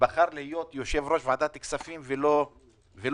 ובחר להיות יו"ר ועדת כספים ולא שר.